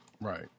right